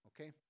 Okay